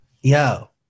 Yo